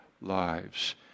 lives